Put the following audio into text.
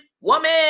woman